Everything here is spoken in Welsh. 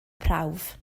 prawf